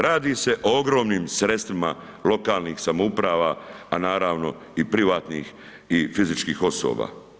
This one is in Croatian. Radi se o ogromnim sredstvima lokalnih samouprava, a naravno i privatnih i fizičkih osoba.